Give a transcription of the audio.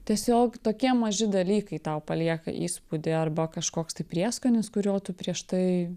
tiesiog tokie maži dalykai tau palieka įspūdį arba kažkoks tai prieskonis kurio tu prieš tai